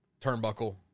turnbuckle